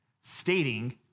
stating